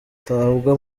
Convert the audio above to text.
atabwa